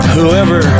Whoever